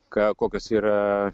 ką kokios yra